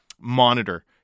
monitor